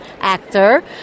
actor